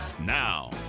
Now